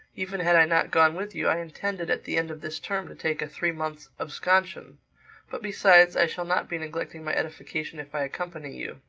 even had i not gone with you, i intended at the end of this term to take a three-months' absconsion but besides, i shall not be neglecting my edification if i accompany you.